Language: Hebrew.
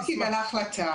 הוא לא קיבל החלטה.